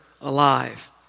alive